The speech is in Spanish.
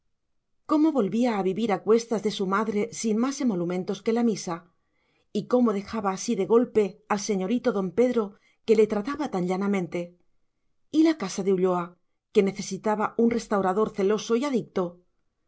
cómo volvía a vivir a cuestas de su madre sin más emolumentos que la misa y cómo dejaba así de golpe al señorito don pedro que le trataba tan llanamente y la casa de ulloa que necesitaba un restaurador celoso y adicto